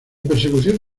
persecución